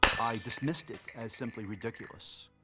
i dismissed it as simply ridiculous.